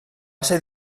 ser